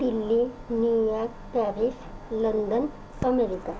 Delhi New York Paris London America